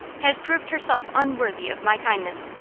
has proved herself unworthy of my kindness.